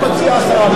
הוא מציע 10 מיליון.